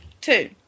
Two